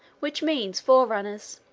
which means forerunners.